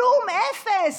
כלום, אפס.